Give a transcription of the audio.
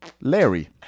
Larry